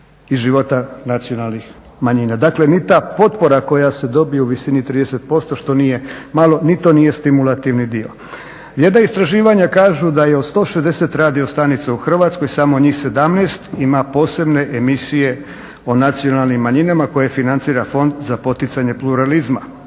iz života nacionalnih manjina. Dakle ni ta potpora koja se dobije u visini 30% što nije malo ni to nije stimulativni dio. Jedna istraživanja kažu da je od 160 radiostanica u Hrvatskoj samo njih 17 ima posebne emisije o nacionalnim manjinama koje financira Fond za poticanje pluralizma.